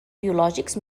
biològics